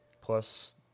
Plus